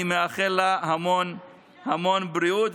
אני מאחל לה המון המון בריאות,